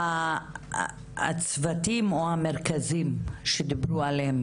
הצוותים או המרכזים שדיברו עליהם,